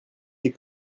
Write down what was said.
des